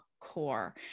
core